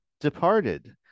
departed